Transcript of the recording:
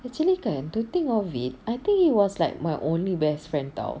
actually kan to think of it I think he was like my only best friend [tau]